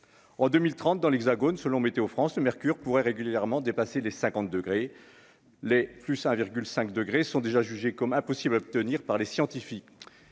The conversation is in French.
en 2030 dans l'Hexagone, selon Météo-France, le mercure pourrait régulièrement dépassé les 50 degrés les plus 1 virgule 5 degrés sont déjà jugées comme impossibles à obtenir par les scientifiques,